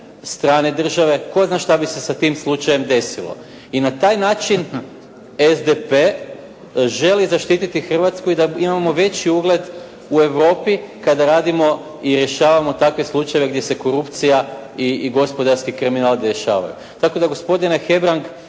strane države, tko zna šta bi se sa tim slučajem desilo. I na taj način SDP želi zaštititi Hrvatsku i da imamo veći ugled u Europi kada radimo i rješavamo takve slučajeve gdje se korupcija i gospodarski kriminal dešavaju. Tako da gospodine Jarnjak